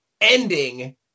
ending